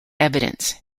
evidence